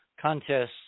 contests